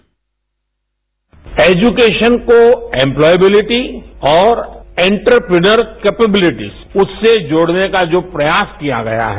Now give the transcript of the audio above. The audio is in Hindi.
बाइट एज़केशन को एमप्लॉयब्लिटी और एंटरपेन्योंर कैपेबिलिटिस उससे जोड़ने का जो प्रयास किया गया है